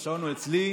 השעון הוא אצלי.